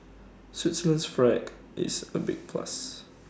Switzerland's flag is A big plus